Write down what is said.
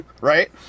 right